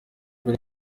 mbere